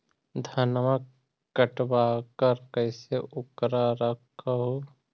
धनमा कटबाकार कैसे उकरा रख हू?